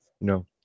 no